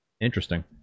Interesting